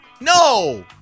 No